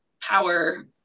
power